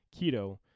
keto